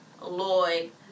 Lloyd